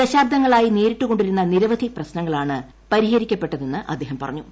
ദശാബ്ദങ്ങളായി നേരിട്ടുകൊണ്ടിരുന്ന നിരവധി പ്രശ്നങ്ങളാണ് പരിഹരിക്കപ്പെട്ടതെന്ന് അദ്ദേഹം പറഞ്ഞു